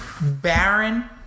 Baron